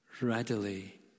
readily